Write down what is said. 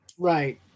Right